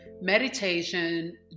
meditation